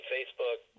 Facebook